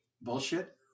Bullshit